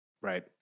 right